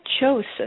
chosen